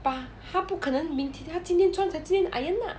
but 他不可能明他今天穿他今天 iron lah